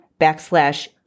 backslash